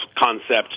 concept